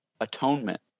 atonement